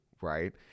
right